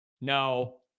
No